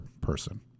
person